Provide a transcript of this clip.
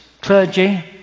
clergy